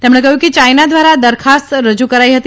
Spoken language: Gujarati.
તેમણે કહ્યું કે ચાઇના દ્વારા આ દરખાસ્ત રજૂ કરાઇ હતી